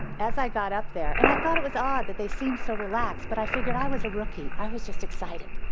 as i got up there, and i thought it was odd that they seemed so relaxed but i figured i was a rookie. i was just excited.